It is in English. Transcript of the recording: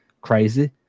crazy